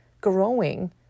growing